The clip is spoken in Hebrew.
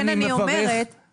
אני פשוט מחדדת את זה.